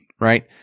right